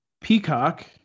Peacock